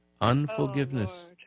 Unforgiveness